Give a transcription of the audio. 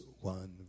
one